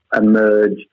emerged